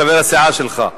חבר הסיעה שלך.